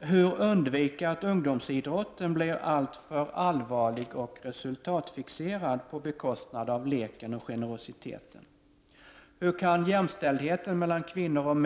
Hur undviker man att ungdomsidrotten blir alltför allvarlig och resultatfixerad på bekostnad av leken och generositeten? När det gäller dessa och många andra frågor